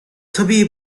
tabii